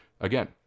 again